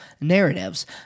narratives